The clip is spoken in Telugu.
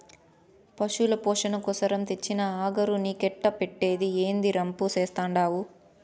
పశుల పోసణ కోసరం తెచ్చిన అగరు నీకెట్టా పెట్టేది, ఏందీ రంపు చేత్తండావు